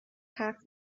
حرف